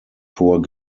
vor